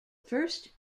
first